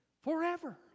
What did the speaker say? forever